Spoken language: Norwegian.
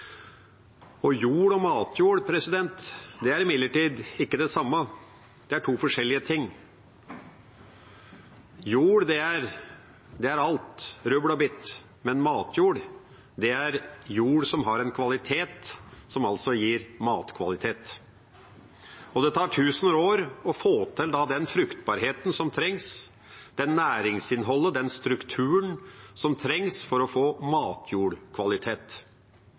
Jord og matjord er imidlertid ikke det samme. Det er to forskjellige ting. Jord er alt – rubbel og bit. Matjord er jord som har en kvalitet, som altså gir matkvalitet. Det tar tusener av år å få til den fruktbarheten, det næringsinnholdet og den strukturen som trengs for å få matjordkvalitet.